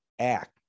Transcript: act